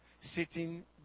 sitting